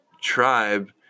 tribe